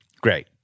Great